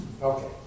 Okay